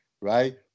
right